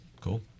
Cool